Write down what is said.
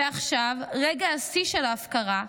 ועכשיו, רגע השיא של ההפקרה: